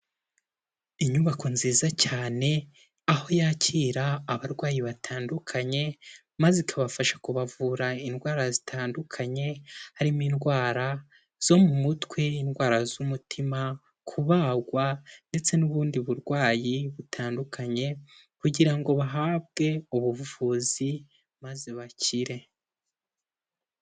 Inyubako nziza cyane aho yakira abarwayi batandukanye maze ikabafasha kubavura indwara zitandukanye harimo indwara zo mu mutwe indwara z'umutima kubagwa ndetse n'ubundi burwayi butandukanye kugira ngo bahabwe ubuvuzi maze bakire.